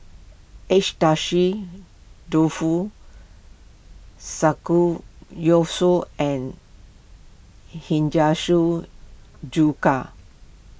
Agedashi Dofu Samgeyopsal and H Chuka